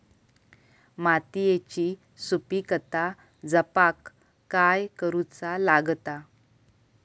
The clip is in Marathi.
मातीयेची सुपीकता जपाक काय करूचा लागता?